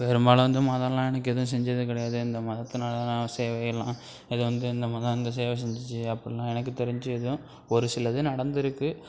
பெரும்பாலும் வந்து மதல்லாம் எனக்கு எதுவும் செஞ்சது கிடையாது இந்த மதத்துனால் நான் சேவையெல்லாம் இது வந்து இந்த மதம் அந்த சேவை செஞ்சிச்சு அப்புடில்லாம் எனக்கு தெரிஞ்சு எதுவும் ஒரு சிலது நடந்துருக்கு